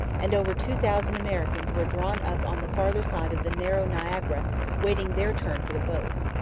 and over two thousand americans were drawn up on the farther side of the narrow niagara waiting their turn for the boats.